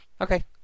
Okay